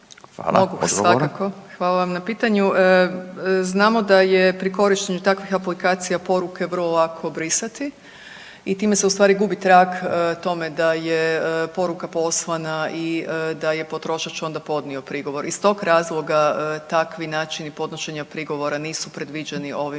svakako. Hvala vam na pitanju. Znamo da je pri korištenju takvih aplikacija poruke vrlo lako obrisati i time se ustvari gubi trag tome da je poruka poslana i da je potrošač onda podnio prigovor. Iz tog razloga takvi načini podnošenja prigovora nisu predviđeni ovim